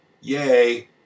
yay